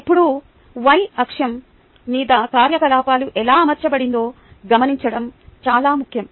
ఇప్పుడు y అక్షం మీద కార్యకలాపాలు ఎలా అమర్చబడిందో గమనించడం చాలా ముఖ్యం